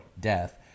death